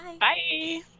Bye